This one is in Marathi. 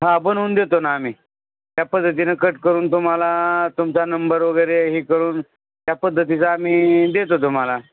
हा बनवून देतो ना आम्ही त्या पद्धतीनं कट करून तुम्हाला तुमचा नंबर वगैरे हे करून त्या पद्धतीचा आम्ही देतो तुम्हाला